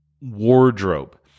wardrobe